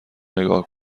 نگاه